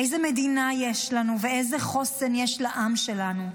איזה מדינה יש לנו ואיזה חוסן יש לעם שלנו.